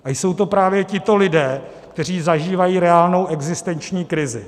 A jsou to právě tito lidé, kteří zažívají reálnou existenční krizi.